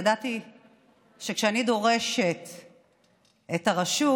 ידעתי שכשאני דורשת את הרשות,